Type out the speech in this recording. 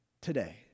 today